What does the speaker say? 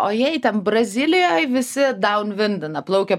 o jei ten brazilijoj visi daun vindina plaukia